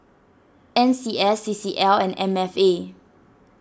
N C S C C L and M F A